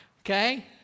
okay